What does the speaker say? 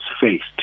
faced